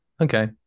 Okay